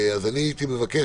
אז הייתי מבקש,